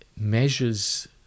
measures